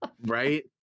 Right